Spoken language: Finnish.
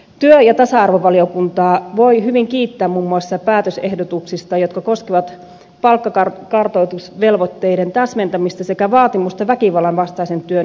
työ ja tasa arvovaliokuntaa voi hyvin kiittää muun muassa päätösehdotuksista jotka koskevat palkkakartoitusvelvoitteiden täsmentämistä sekä vaatimusta väkivallan vastaisen työn lisäresursoinnista